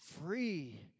free